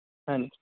ਹਾਂਜੀ